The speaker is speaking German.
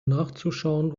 nachzuschauen